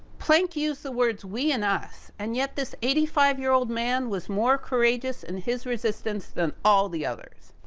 planck used the words we and us, and yet, this eighty five year old man was more courageous in his resistance than all the others.